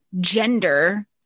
gender